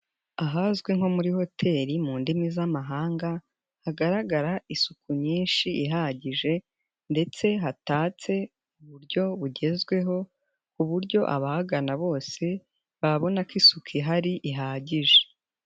Ahazwi nko muri hoteri mu ndimi z'amahanga, hagaragara isuku nyinshi ihagije ndetse hatatse, mu buryo bugezweho, ku buryo abagana bose, babona ko isuku ihari ihagije.